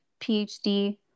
PhD